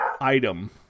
item